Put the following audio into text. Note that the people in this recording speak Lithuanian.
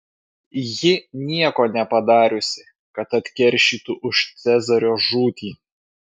ji nieko nepadariusi kad atkeršytų už cezario žūtį